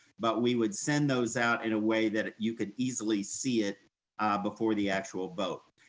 but we would send those out in a way that you can easily see it before the actual vote.